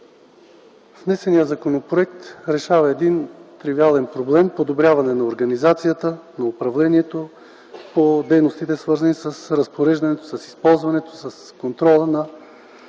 внесеният законопроект решава един тривиален проблем – подобряване организацията и управлението на дейностите, свързани с разпореждането, с използването и контрола на